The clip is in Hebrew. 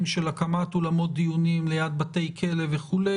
של הקמת אולמות דיונים ליד בתי כלא וכו',